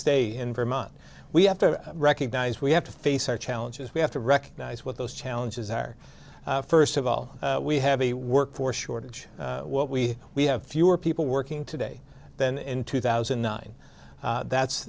stay in vermont we have to recognize we have to face our challenges we have to recognize what those challenges are first of all we have a workforce shortage what we we have fewer people working today than in two thousand and nine that's